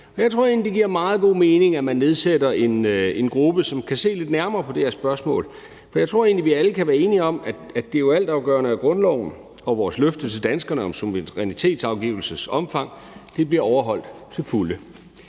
egentlig, det giver meget god mening, at man nedsætter en gruppe, som kan se lidt nærmere på det her spørgsmål. For jeg tror jo egentlig, vi alle kan være enige om, at det er altafgørende, at grundloven og vores løfte til danskerne om suverænitetsafgivelsens omfang bliver overholdt til fulde.